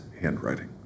handwriting